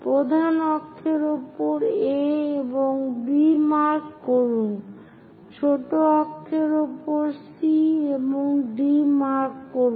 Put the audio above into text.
প্রধান অক্ষের উপর A এবং B মার্ক করুন ছোট অক্ষের উপর C এবং D মার্ক করুন